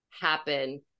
happen